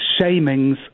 shamings